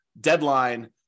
deadline